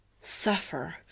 Suffer